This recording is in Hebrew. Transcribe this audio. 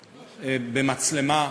במצלמה,